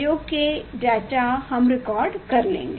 प्रयोग के डाटा हम रिकॉर्ड करेंगे